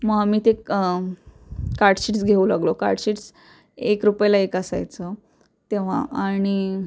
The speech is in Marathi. मग आम्ही ते कार्डशीट्स घेऊ लागलो कार्डशीट्स एक रुपयाला एक असायचं तेव्हा आणि